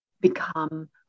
become